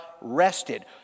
rested